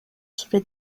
sobre